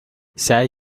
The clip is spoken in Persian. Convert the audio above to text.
سعی